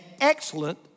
excellent